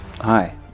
Hi